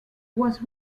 was